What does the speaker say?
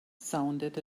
sounded